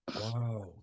wow